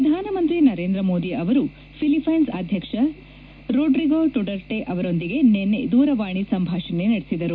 ಪ್ರಧಾನಮಂತ್ರಿ ನರೇಂದ್ರ ಮೋದಿ ಅವರು ಫಿಲಿಪೈನ್ಸ್ ಅಧ್ಯಕ್ಷ ರೊಡ್ರಿಗೋ ಡುಟರ್ಟೆ ಅವರೊಂದಿಗೆ ನಿನ್ನೆ ದೂರವಾಣಿ ಸಂಭಾಷಣೆ ನಡೆಸಿದರು